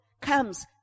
comes